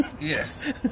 Yes